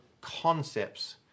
concepts